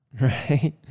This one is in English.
right